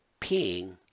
peeing